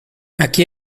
aquí